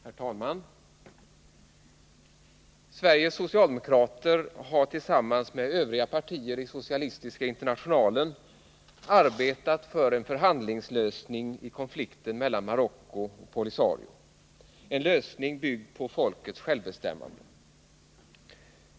Herr talman! Sveriges socialdemokrater har tillsammans med övriga partier i Socialistiska internationalen arbetat för en förhandlingslösning i konflikten mellan Marocko och POLISARIO, en lösning byggd på folkets självbestämmande.